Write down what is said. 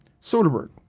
Soderbergh